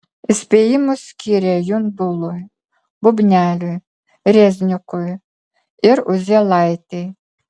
įspėjimus skyrė jundului bubneliui reznikui ir uzielaitei